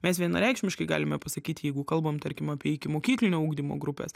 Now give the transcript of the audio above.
mes vienareikšmiškai galime pasakyti jeigu kalbam tarkim apie ikimokyklinio ugdymo grupes